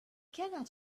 cannot